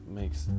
makes